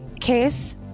case